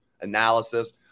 analysis